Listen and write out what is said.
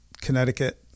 Connecticut